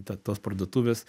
ta tos parduotuvės